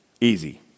Easy